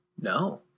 No